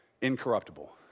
incorruptible